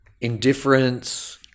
indifference